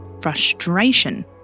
frustration